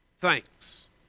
Thanks